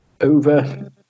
over